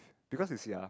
because you see ah